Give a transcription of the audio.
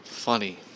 funny